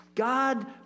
God